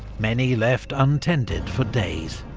many left untended for days.